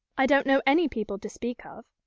i don't know any people to speak of.